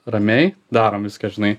ramiai darom viską žinai